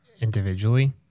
individually